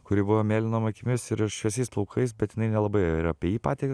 kuri buvo mėlynom akimis ir šviesiais plaukais bet jinai nelabai ir apie jį patį